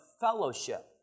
fellowship